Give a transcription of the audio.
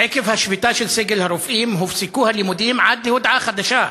עקב השביתה של סגל הרופאים הופסקו הלימודים עד להודעה חדשה,